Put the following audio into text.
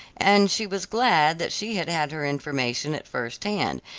and she was glad that she had had her information at first hand,